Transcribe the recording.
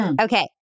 Okay